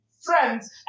friends